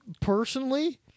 personally